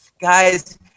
guys